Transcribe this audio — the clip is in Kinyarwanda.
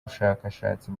bushakashatsi